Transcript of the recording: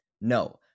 No